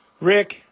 Rick